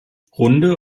runde